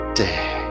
day